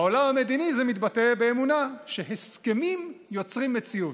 בעולם המדיני זה מתבטא באמונה שהסכמים יוצרים מציאות.